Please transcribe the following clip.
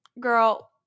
Girl